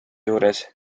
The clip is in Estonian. juures